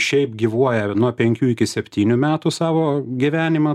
šiaip gyvuoja nuo penkių iki septynių metų savo gyvenimą